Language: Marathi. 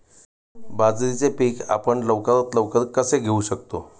बाजरीचे पीक आपण लवकरात लवकर कसे घेऊ शकतो?